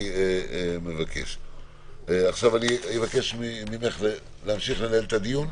אבקש ממך להמשיך לנהל את הדיון.